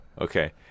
okay